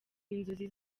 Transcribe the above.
inzozi